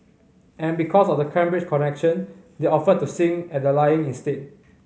and because of the Cambridge connection they offered to sing at the lying in state